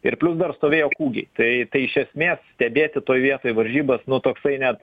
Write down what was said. ir plius dar stovėjo kūgiai tai tai iš esmės stebėti toj vietoj varžybas nu toksai net